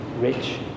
Rich